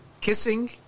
kissing